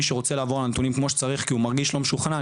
מי שרוצה לעבור על הנתונים כמו שצריך כי הוא מרגיש לא משוכנע,